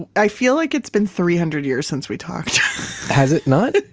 i feel like it's been three hundred years since we talked has it not?